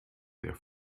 der